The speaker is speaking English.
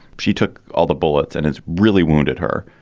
she took all the bullets and it's really wounded her.